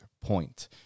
point